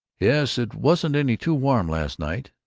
yes, it wasn't any too warm last night,